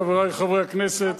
חברי חברי הכנסת,